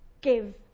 give